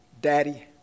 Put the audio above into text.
Daddy